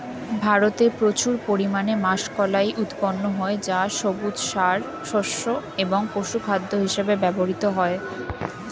ভারতে প্রচুর পরিমাণে মাষকলাই উৎপন্ন হয় যা সবুজ সার, শস্য এবং পশুখাদ্য হিসেবে ব্যবহৃত হয়